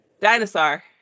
Dinosaur